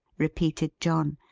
repeated john.